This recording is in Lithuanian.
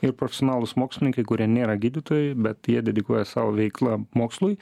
ir profesionalūs mokslininkai kurie nėra gydytojai bet jie dedikuoja savo veiklą mokslui